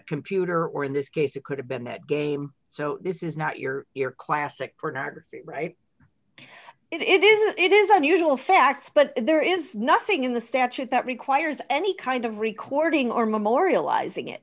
computer or in this case it could have been a game so this is not your your classic pornography right it is it is unusual facts but there is nothing in the statute that requires any kind of recording or memorializ